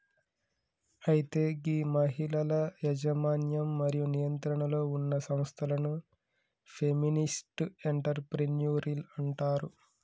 అయితే గీ మహిళల యజమన్యం మరియు నియంత్రణలో ఉన్న సంస్థలను ఫెమినిస్ట్ ఎంటర్ప్రెన్యూరిల్ అంటారు